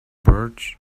birch